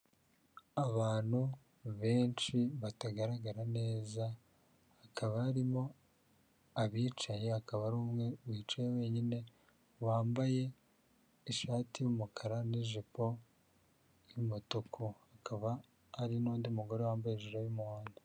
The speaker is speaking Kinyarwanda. Abantu benshi batagaragara neza, hakaba harimo abicaye, akaba ari umwe wicaye wenyine, wambaye ishati y'umukara n'ijipo y'umutuku. Akaba ari n'undi mugore wambaye ijire y'umuhondo.